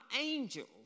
angels